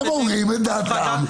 הם אומרים את דעתם.